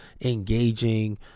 engaging